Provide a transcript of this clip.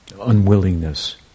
unwillingness